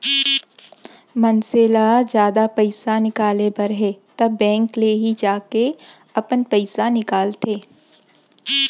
मनसे ल जादा पइसा निकाले बर हे त बेंक ले ही जाके अपन पइसा निकालंथे